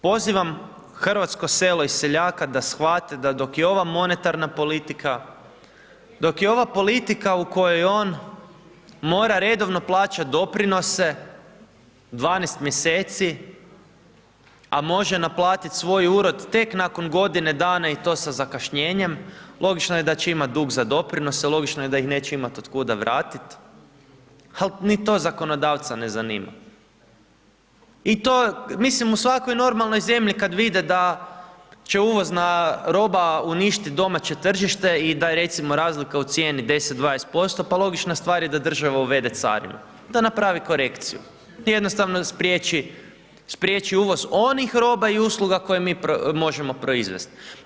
Pozivam hrvatsko selo i seljaka da shvate da dok je ova monetarna politika, dok je ova politika u kojoj je on, mora redovno plaćat doprinose 12 mjeseci, a može naplatit svoj urod tek nakon godine dana i to sa zakašnjenjem, logično je da će imati dug za doprinose, logično je da ih neće imat otkuda vratit, ha, ni to zakonodavca ne zanima i to, mislim u svakoj normalnoj zemlji kad vide da će uvozna roba uništit domaće tržište i da je recimo razlika u cijeni 10, 20%, pa logična stvar je da država uvede carinu, da napravi korekciju, jednostavno spriječi uvoz onih roba i usluga koje mi možemo proizvest.